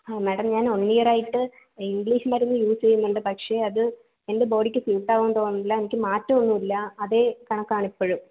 ഹാ മാഡം ഞാൻ one year ആയിട്ട് ഇംഗ്ലീഷ് മരുന്ന് യൂസ് ചെയ്യുന്നുണ്ട് പക്ഷെ അതെൻ്റെ ബോഡിക്ക് സ്യുട്ടാവുമെന്ന് തോന്നുന്നില്ല എനിക്ക് മാറ്റമൊന്നുമില്ല അതേ കണക്കാണിപ്പഴും